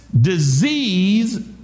disease